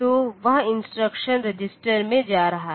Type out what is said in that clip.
तो वह instruction register में जा रहा है